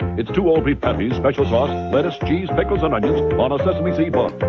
it's two all-beef patties, special sauce, lettuce, cheese, pickles and onions on a sesame seed bun.